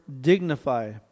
dignify